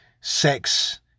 sex